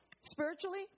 spiritually